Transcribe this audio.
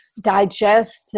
digest